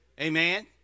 Amen